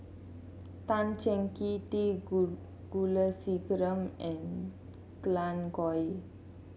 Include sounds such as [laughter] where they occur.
Tan Cheng Kee T [unintelligible] Kulasekaram and Glen Goei